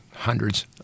hundreds